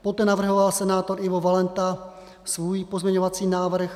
Poté navrhoval senátor Ivo Valenta svůj pozměňovací návrh.